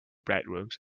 bedrooms